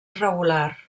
regular